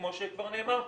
כמו שכבר נאמר פה,